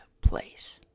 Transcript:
place